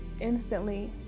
instantly